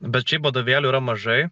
bet šiaip vadovėlių yra mažai